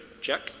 Check